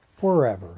forever